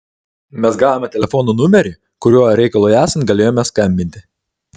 mes gavome telefono numerį kuriuo reikalui esant galėjome skambinti